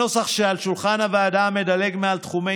הנוסח שעל שולחן הוועדה מדלג מעל תחומי